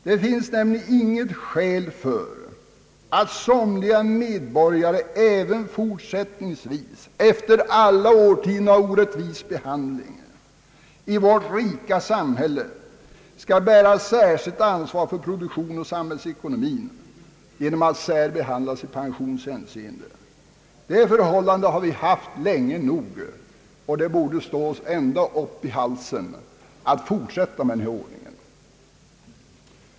Det finns nämligen inget skäl för att somliga medborgare även fortsättningsvis, efter alla årtionden av orättvis behandling i vårt rika samhälle, skall bära ett särskilt ansvar för produktionen och samhällsekonomin genom att särbehandlas i pensionshänseende. Det förhållandet har vi haft länge nog, och det borde stå en ända upp i halsen att fortsätta med en sådan ordning.